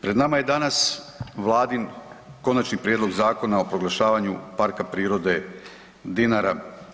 Pred nama je danas vladin Konačni prijedlog Zakona o proglašavanju Parka prirode Dinara.